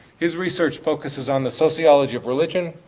his research focuses on the sociology of religion,